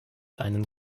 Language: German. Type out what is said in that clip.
einen